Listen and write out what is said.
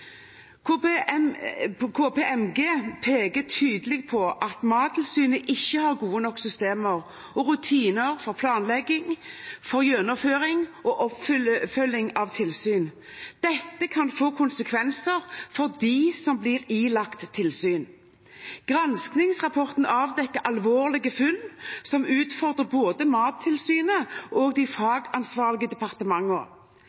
KPMG peker tydelig på at Mattilsynet ikke har gode nok systemer og rutiner for planlegging, gjennomføring og oppfølging av tilsyn. Dette kan få konsekvenser for dem som blir ilagt tilsyn. Granskingsrapporten avdekker alvorlige funn som utfordrer både Mattilsynet og de